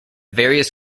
various